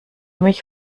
mich